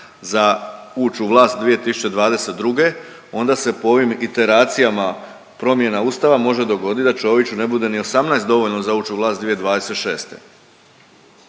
za ući u vlast 2022., onda se po ovim iteracijama promjena Ustava može dogoditi da Čoviću ne bude ni 18 dovoljno za ući u vlast 2026.